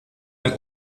ein